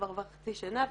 כבר עברה חצי שנה,